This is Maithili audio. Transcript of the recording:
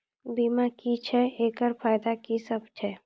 बीमा की छियै? एकरऽ फायदा की सब छै?